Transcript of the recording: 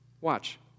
watch